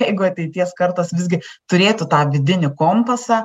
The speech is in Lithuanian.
jeigu ateities kartos visgi turėtų tą vidinį kompasą